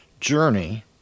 journey